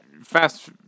fast